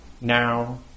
now